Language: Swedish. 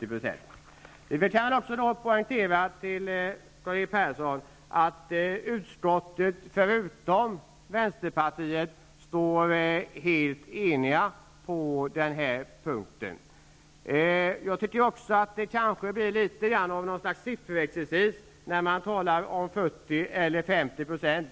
%. Jag kan också för Karl-Erik Persson poängtera att utskottet med undantag för Vänsterpartiets representant är helt enigt på den här punkten. Jag tycker att det blir litet grand av sifferexercis när man diskuterar 40 eller 50 %.